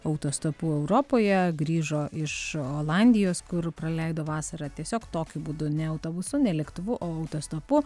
autostopu europoje grįžo iš olandijos kur praleido vasarą tiesiog tokiu būdu ne autobusu ne lėktuvu o autostopu